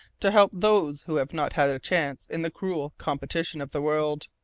to help those who have not had a chance in the cruel competition of the world.